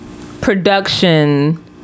production